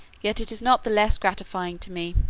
yet it is not the less gratifying to me.